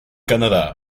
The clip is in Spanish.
canadá